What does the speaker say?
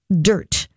dirt